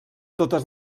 totes